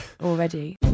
already